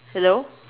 hello